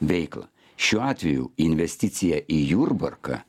veiklą šiuo atveju investicija į jurbarką